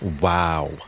Wow